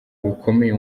bikomeye